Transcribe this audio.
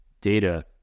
data